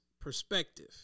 perspective